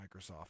Microsoft